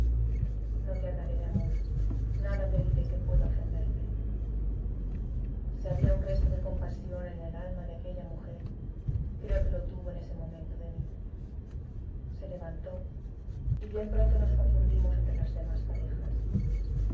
no te hablaré de amor nada te diré que pueda ofenderte si había un resto de compasión en el alma de aquella mujer creo que lo tuvo en ese momento de mí se levantó y bien pronto nos confundimos entre las demás parejas